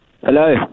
Hello